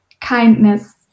kindness